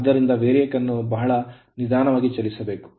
ಆದ್ದರಿಂದ VARIACಯನ್ನು ಬಹಳ ನಿಧಾನವಾಗಿ ಚಲಿಸಬೇಕು